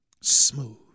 Smooth